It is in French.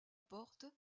porte